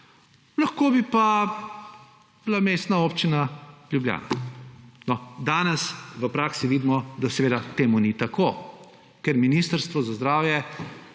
lahko bi pa bila Mestna občina Ljubljana. No, danes v praksi vidimo, da seveda to ni tako, ker Ministrstvo za zdravje